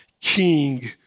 king